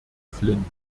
flynn